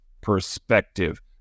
perspective